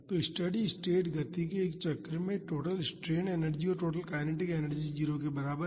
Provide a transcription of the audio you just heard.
तो steady state गति के एक चक्र में टोटल स्ट्रेन एनर्जी और टोटल काइनेटिक एनर्जी 0 के बराबर है